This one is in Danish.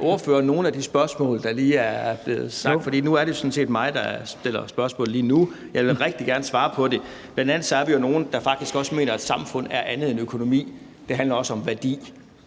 ordføreren nogle af de spørgsmål, der lige er blevet nævnt? For nu er det jo sådan set mig, der stiller spørgsmål lige nu. Jeg vil rigtig gerne svare på det. Bl.a. er vi jo nogle, der faktisk også mener, at samfund er andet end økonomi; det handler også om værdier